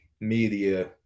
media